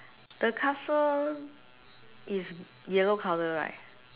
the castle is yellow colour right